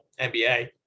NBA